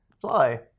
fly